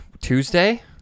Tuesday